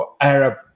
Arab